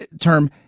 term